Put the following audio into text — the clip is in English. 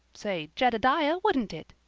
say jedediah, wouldn't it?